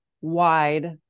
wide